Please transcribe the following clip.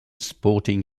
sporting